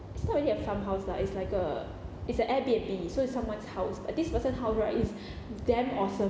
it's not really a farmhouse lah it's like a it's a airbnb so it's someone's house but this person house right is damn awesome